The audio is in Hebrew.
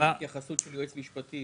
צריך התייחסות של יועץ משפטי.